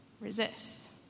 resist